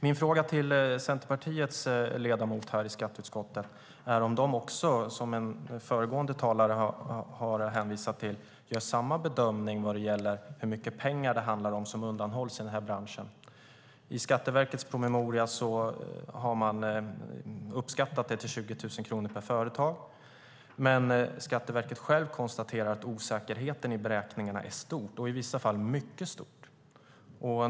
Min fråga till Centerpartiets ledamot i skatteutskottet är om hon gör samma bedömning som en föregående talare vad gäller hur mycket pengar som undanhålls i denna bransch. I Skatteverkets promemoria har man uppskattat det till 20 000 kronor per företag, men Skatteverket självt konstaterar att osäkerheten i beräkningarna är stor och i vissa fall mycket stor.